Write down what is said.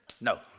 No